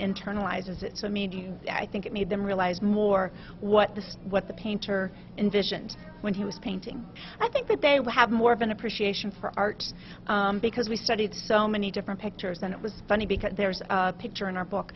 internalizes it's a medium i think it made them realize more what this what the painter envisioned when he was painting i think that they would have more of an appreciation for art because we studied so many different pictures and it was funny because there's a picture in our book